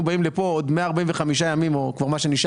מגיעים לפה בעוד 145 ימים עם התקציב.